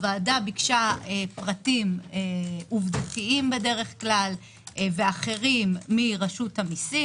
הוועדה ביקשה פרטים עובדתיים בדרך כלל ואחרים מרשות המיסים.